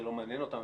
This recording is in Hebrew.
זה לא מעניין אותם,